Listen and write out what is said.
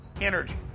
energy